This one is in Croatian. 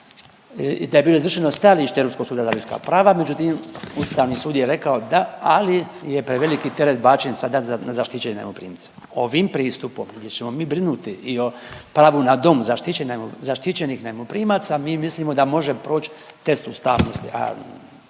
da je bilo izvršeno stajalište Europskog suda za ljudska prava, međutim Ustavni sud je rekao da, ali je preveliki teret bačen sada za zaštićene najmoprimce. Ovim pristupom gdje ćemo mi brinuti i o pravu na dom zaštićenih najmoprimaca mi mislimo da može proć test ustavnosti